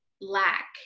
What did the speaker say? lack